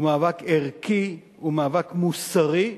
הוא מאבק ערכי, הוא מאבק מוסרי.